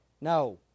No